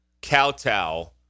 kowtow